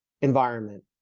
environment